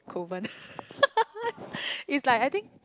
Kovan it's like I think